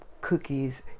cookies